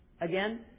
again